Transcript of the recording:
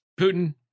Putin